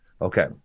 Okay